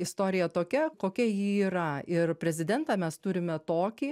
istorija tokia kokia ji yra ir prezidentą mes turime tokį